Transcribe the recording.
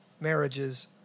marriages